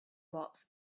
box